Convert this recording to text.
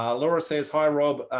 um laura says hi, rob.